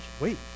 wait